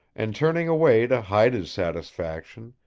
and turning away to hide his satisfaction,